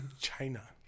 China